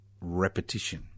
repetition